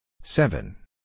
Seven